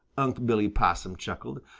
unc' billy possum chuckled.